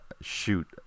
shoot